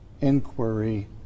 inquiry